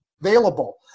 available